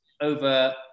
over